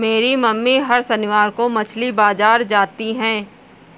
मेरी मम्मी हर शनिवार को मछली बाजार जाती है